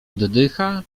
oddycha